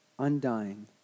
Undying